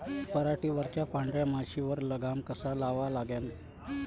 पराटीवरच्या पांढऱ्या माशीवर लगाम कसा लावा लागन?